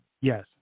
yes